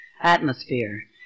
atmosphere